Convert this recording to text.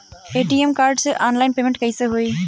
ATM card से online payment कैसे होई?